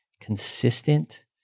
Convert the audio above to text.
consistent